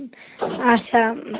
اچھا